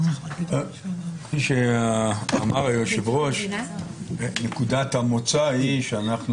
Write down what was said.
אמר היושב-ראש שנקודת המוצא היא שאנו